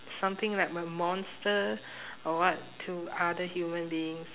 something like a monster or what to other human beings